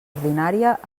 ordinària